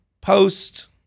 post